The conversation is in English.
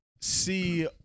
see